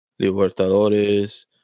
Libertadores